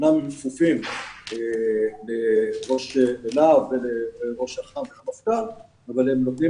אמנם הם כפופים לראש לה"ב ולראש אח"מ אבל הם נותנים